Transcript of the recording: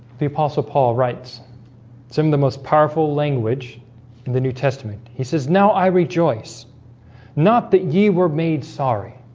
the apostle paul writes it's him the most powerful language in the new testament. he says now i rejoice not that ye were made. sorry